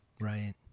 Right